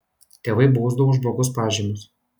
tėvai bausdavo už blogus pažymius